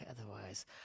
otherwise